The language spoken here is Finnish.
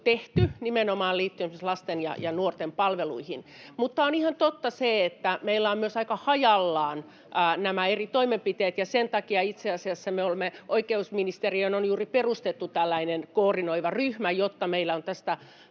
tehty nimenomaan liittyen esimerkiksi lasten ja nuorten palveluihin. Mutta on ihan totta se, että meillä ovat myös aika hajallaan nämä eri toimenpiteet, ja sen takia itse asiassa oikeusministeriöön on juuri perustettu tällainen koordinoiva ryhmä, jotta meillä on tästä